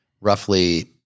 roughly